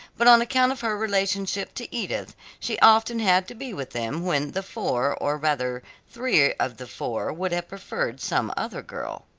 but on account of her relationship to edith she often had to be with them when the four or rather three of the four would have preferred some other girl.